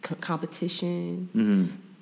competition